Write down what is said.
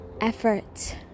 effort